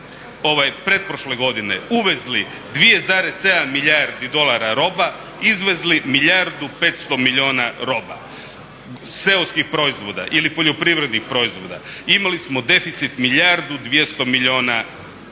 pretprošle godine uvezli 2,7 milijardi dolara roba, izvezli milijardu i 500 milijuna roba seoskih proizvoda ili poljoprivrednih proizvoda. Imali smo deficit milijardu i 200 milijuna dolara.